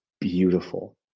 beautiful